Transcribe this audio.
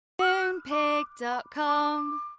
Moonpig.com